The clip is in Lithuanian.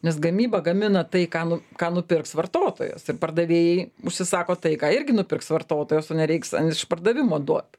nes gamyba gamina tai ką nu ką nupirks vartotojas ir pardavėjai užsisako tai ką irgi nupirks vartotojas o nereiks ten išpardavimo duot